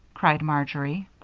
cried marjory.